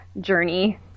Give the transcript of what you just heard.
journey